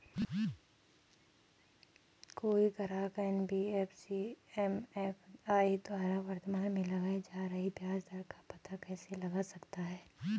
कोई ग्राहक NBFC MFI द्वारा वर्तमान में लगाए जा रहे ब्याज दर का पता कैसे लगा सकता है?